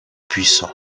puissant